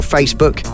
Facebook